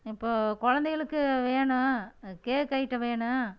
இப்போ குழந்தைகளுக்கு வேணும் கேக் ஐட்டம் வேணும்